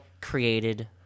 created